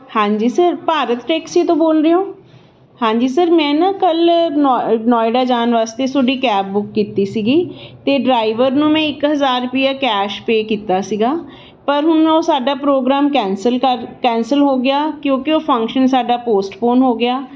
ਹਾਂਜੀ sir Bharat taxi ਤੋਂ ਬੋਲ ਰਹੇ ਹੋ ਹਾਂਜੀ ਸਰ ਮੈਂ ਨਾ ਕੱਲ੍ਹ ਨੋ ਨੋਇਡਾ ਜਾਣ ਵਾਸਤੇ ਤੁਹਾਡੀ ਕੈਬ ਬੁੱਕ ਕੀਤੀ ਸੀਗੀ ਅਤੇ ਡਰਾਈਵਰ ਨੂੰ ਮੈਂ ਇੱਕ ਹਜ਼ਾਰ ਰੁਪਈਆ ਕੈਸ਼ ਪੇਅ ਕੀਤਾ ਸੀਗਾ ਪਰ ਹੁਣ ਉਹ ਸਾਡਾ ਪ੍ਰੋਗਰਾਮ ਕੈਂਸਲ ਕਰ ਕੈਂਸਲ ਹੋ ਗਿਆ ਕਿਉਂਕਿ ਉਹ ਫੰਕਸ਼ਨ ਸਾਡਾ ਪੋਸਟਪੋਨ ਹੋ ਗਿਆ